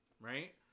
Right